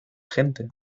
gente